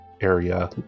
area